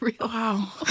Wow